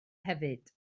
hefyd